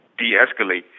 de-escalate